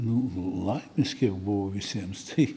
nu laimės kiek buvo visiems tai